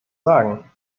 sagen